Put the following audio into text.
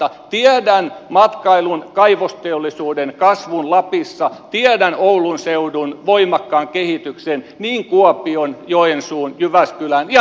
tiedän matkailun ja kaivosteollisuuden kasvun lapissa tiedän oulun seudun voimakkaan kehityksen kuten kuopion joensuun jyväskylän ja niin edelleen